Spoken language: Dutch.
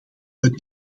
het